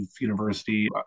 university